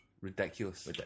Ridiculous